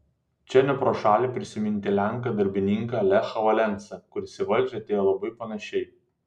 čia ne pro šalį prisiminti lenką darbininką lechą valensą kuris į valdžią atėjo labai panašiai